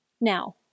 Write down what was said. Now